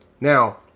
Now